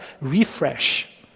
Refresh